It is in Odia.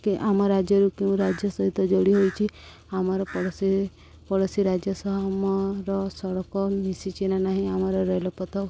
କେ ଆମ ରାଜ୍ୟରୁ କେଉଁ ରାଜ୍ୟ ସହିତ ଯୋଡ଼ି ହୋଇଛି ଆମର ପଡ଼ୋଶୀ ପଡ଼ୋଶୀ ରାଜ୍ୟ ସହମର ସଡ଼କ ମିଶିଛି ନା ନାହିଁ ଆମର ରେଳପଥ